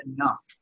enough